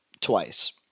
Twice